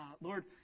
Lord